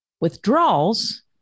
Withdrawals